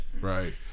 Right